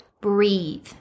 breathe